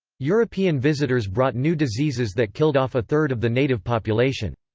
european visitors brought new diseases that killed off a third of the native population.